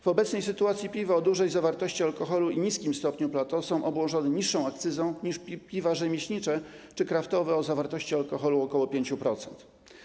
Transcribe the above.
W obecnej sytuacji piwo o dużej zawartości alkoholu i niskim stopniu Plato są obłożone niższą akcyzą niż piwa rzemieślnicze czy kraftowe o zawartości alkoholu ok. 5%.